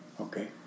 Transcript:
Okay